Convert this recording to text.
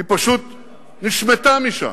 היא פשוט נשמטה משם?